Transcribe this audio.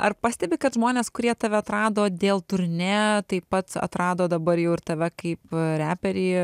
ar pastebi kad žmonės kurie tave atrado dėl turnė taip pat atrado dabar jau ir tave kaip reperį